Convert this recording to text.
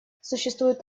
существует